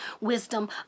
wisdom